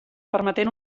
permetent